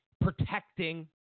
protecting